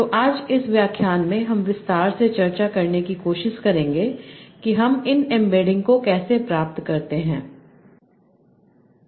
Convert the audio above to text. तो आज इस व्याख्यान में हम विस्तार से चर्चा करने की कोशिश करेंगे कि हम इन एम्बेडिंग को कैसे प्राप्त करते हैं